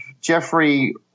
Jeffrey